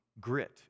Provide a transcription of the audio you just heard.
grit